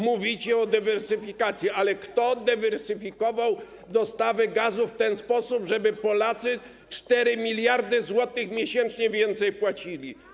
mówicie o dywersyfikacji, ale kto dywersyfikował dostawę gazu w ten sposób, żeby Polacy 4 mld zł miesięcznie więcej płacili.